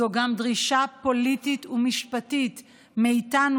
זו גם דרישה פוליטית ומשפטית מאיתנו,